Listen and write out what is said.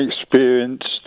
experienced